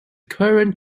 current